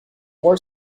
more